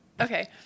Okay